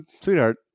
Sweetheart